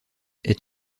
est